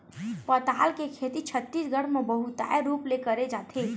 पताल के खेती छत्तीसगढ़ म बहुताय रूप ले करे जाथे